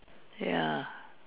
ya